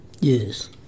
yes